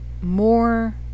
more